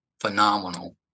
phenomenal